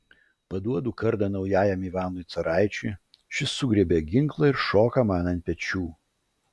paduodu kardą naujajam ivanui caraičiui šis sugriebia ginklą ir šoka man ant pečių